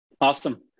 Awesome